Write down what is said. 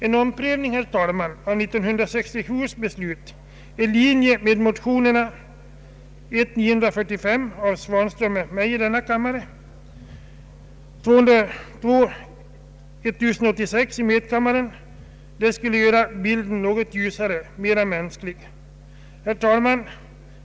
En omprövning av 1967 års beslut i linje med vad som föreslås i motionerna I: 945 och II: 1086 skulle göra bilden något ljusare och mera mänsklig. Herr talman!